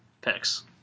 picks